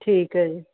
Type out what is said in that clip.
ਠੀਕ ਹੈ ਜੀ